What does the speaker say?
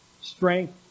strength